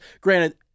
Granted